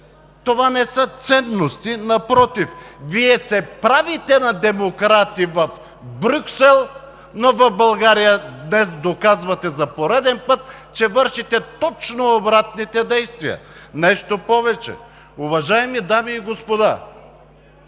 това не са ценности. Напротив, Вие се правите на демократи в Брюксел, но в България днес доказвате за пореден път, че вършите точно обратните действия. Нещо повече, уважаеми дами и господа!